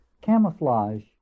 camouflage